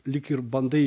lyg ir bandai